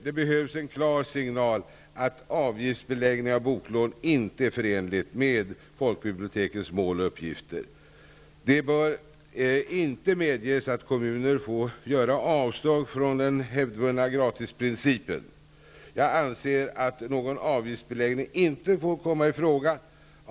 Det behövs en klar signal att avgiftsbeläggning av boklån inte är förenligt med folkbibliotekens mål och uppgifter. Det bör inte medges att kommunerna får göra avsteg från den hävdvunna gratisprincipen. Jag anser att någon avgiftsbeläggning inte får komma i fråga.